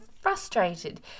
frustrated